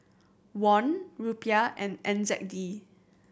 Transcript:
Won Rupiah and N Z D